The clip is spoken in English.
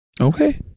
okay